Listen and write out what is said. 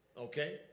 Okay